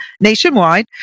nationwide